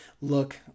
look